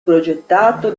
progettato